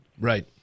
Right